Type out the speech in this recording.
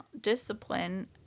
discipline